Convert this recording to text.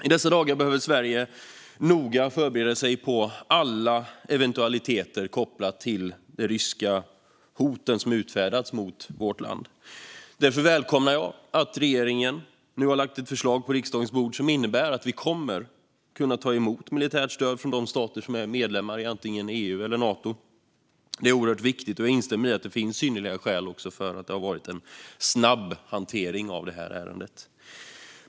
I dessa dagar behöver Sverige noga förbereda sig på alla eventualiteter kopplat till de ryska hot som utfärdats mot vårt land. Därför välkomnar jag att regeringen nu har lagt ett förslag på riksdagens bord som innebär att vi kommer att kunna ta emot militärt stöd från de stater som är medlemmar i antingen EU eller Nato. Det är oerhört viktigt. Jag instämmer i att det finns synnerliga skäl för att det har varit en snabb hantering av ärendet.